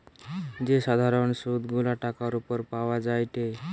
যে সাধারণ সুধ গুলা টাকার উপর পাওয়া যায়টে